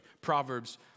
Proverbs